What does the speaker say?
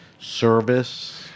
service